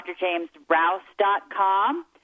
drjamesrouse.com